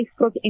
Facebook